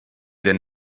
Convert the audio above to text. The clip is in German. denn